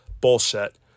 Bullshit